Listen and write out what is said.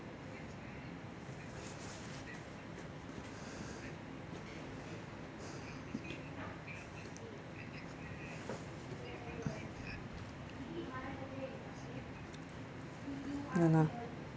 ya lah